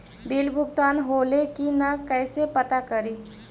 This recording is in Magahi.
बिल भुगतान होले की न कैसे पता करी?